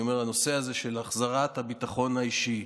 אני אומר שהנושא הזה של החזרת הביטחון האישי,